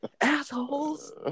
Assholes